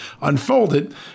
unfolded